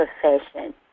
profession